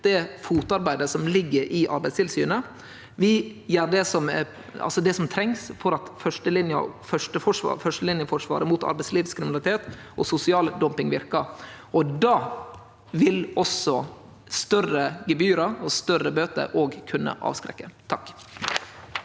det fotarbeidet som ligg i Arbeidstilsynet. Vi gjer det som trengst for at førstelinjeforsvaret mot arbeidslivskriminalitet og sosial dumping skal verke. Då vil også større gebyr og bøter kunne avskrekke.